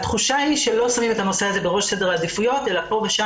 התחושה היא שלא שמים את הנושא הזה בראש סדר העדיפויות אלא פה ושם